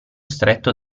stretto